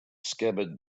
scabbard